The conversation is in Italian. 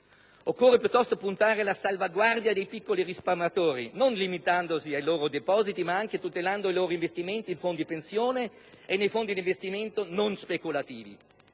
Occorre piuttosto puntare alla salvaguardia dei piccoli risparmiatori, non limitandosi ai loro depositi, ma anche tutelando i loro investimenti nei fondi pensione e nei fondi d'investimento non speculativi,